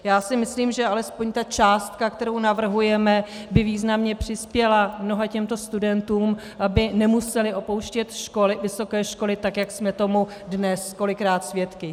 Já si myslím, že alespoň částka, kterou navrhujeme, by významně přispěla mnoha těmto studentům, aby nemuseli opouštět vysoké školy, jak jsme tomu dnes kolikrát svědky.